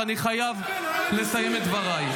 ואני חייב לסיים את דבריי.